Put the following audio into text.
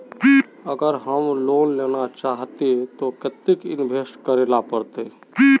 अगर हम लोन लेना चाहते तो केते इंवेस्ट करेला पड़ते?